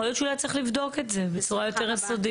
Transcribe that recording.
יכול להיות שאולי צריך לבדוק את זה בצורה יותר יסודית.